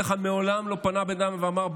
מעולם לא פנה בן אדם ואמר,